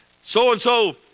so-and-so